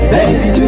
Baby